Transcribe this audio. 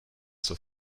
zur